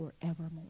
forevermore